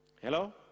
Hello